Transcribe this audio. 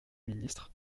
ministre